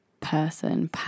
person